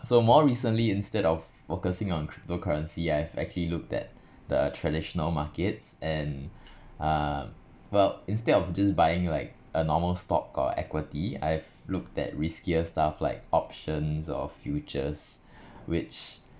so more recently instead of focusing on cryptocurrency I've actually looked at the traditional markets and uh well instead of just buying like a normal stock or equity I've looked at riskier stuff like options of futures which